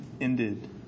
ended